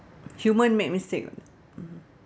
human make mistake [what]